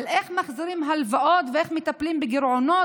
על איך מחזירים הלוואות ואיך מטפלים בגירעונות